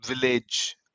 village